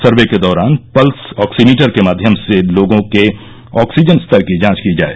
सर्वे के दौरान pulse oximeter के माध्यम से लोगों के ऑक्सीजन स्तर की जांच की जाए